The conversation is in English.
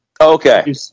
Okay